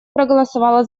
проголосовала